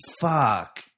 fuck